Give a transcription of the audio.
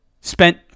spent